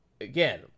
again